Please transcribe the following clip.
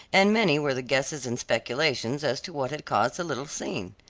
and many were the guesses and speculations as to what had caused the little scene.